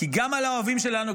כי גם על האוהבים שלנו,